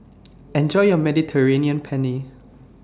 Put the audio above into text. Enjoy your Mediterranean Penne